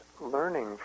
learning